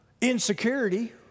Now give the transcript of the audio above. Insecurity